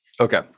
Okay